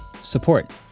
support